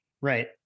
right